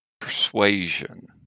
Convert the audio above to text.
persuasion